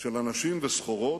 של אנשים וסחורות,